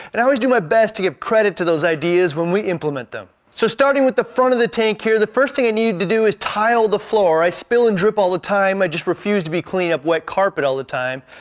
and i always do my best to give credit to those ideas when we implement them. so starting with the front of the tank here, the first thing i needed to do is tile the floor. i spill and drip all the time. and i just refuse to be cleaning up wet carpet all the time.